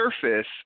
surface